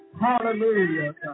Hallelujah